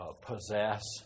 possess